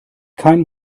kein